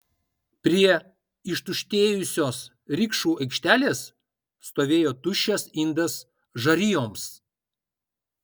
prie ištuštėjusios rikšų aikštelės stovėjo tuščias indas žarijoms